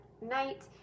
night